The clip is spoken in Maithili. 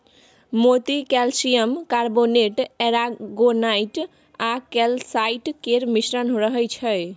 मोती कैल्सियम कार्बोनेट, एरागोनाइट आ कैलसाइट केर मिश्रण रहय छै